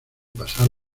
pasar